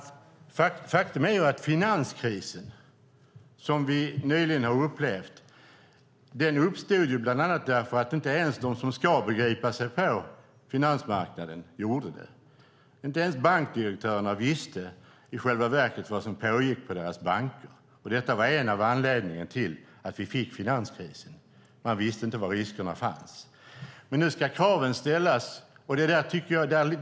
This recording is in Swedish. Faktum är ju att den finanskris som vi nyligen har upplevt uppstod bland annat därför att inte ens de som ska begripa sig på finansmarknaden gjorde det. Inte ens bankdirektörerna visste i själva verket vad som pågick på deras banker. Detta var en av anledningarna till att vi fick finanskrisen. Man visste inte var riskerna fanns. Nu ska kraven ställas på medborgarna, på kunderna.